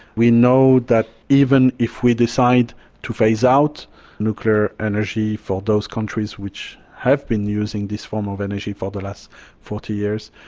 we know that even if we decide to phase out nuclear energy for those countries which have been using this form of energy for the last forty years,